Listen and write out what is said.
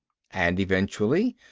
and eventually?